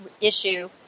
issue